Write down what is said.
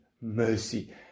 mercy